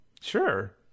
sure